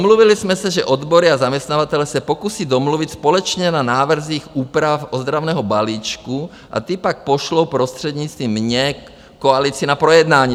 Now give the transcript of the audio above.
Domluvili jsme se, že odbory a zaměstnavatelé se pokusí domluvit společně na návrzích úprav ozdravného balíčku a ty pak pošlou prostřednictvím mě koalici na projednání.